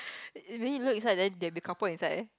you mean you look inside then there will be couple inside